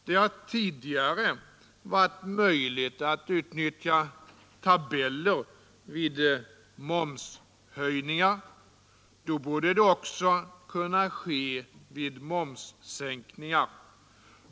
Det har tidigare varit möjligt att utnyttja tabeller vid momshöjningar; då borde det också vara möjligt att göra det vid momssänkningar.